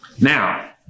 Now